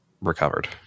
recovered